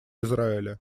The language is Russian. израиля